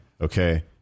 Okay